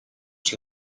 two